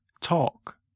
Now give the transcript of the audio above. talk